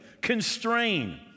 Constrain